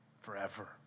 Forever